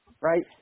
Right